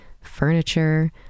furniture